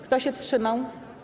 Kto się wstrzymał?